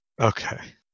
Okay